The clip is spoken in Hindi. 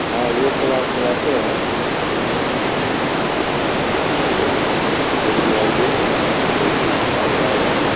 हाँ योग क्लास चलाते हैं हाँ आपको सवेरे में आइए योग सिखाया जाएगा